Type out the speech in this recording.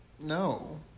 No